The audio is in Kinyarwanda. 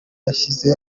yashyize